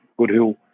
Goodhill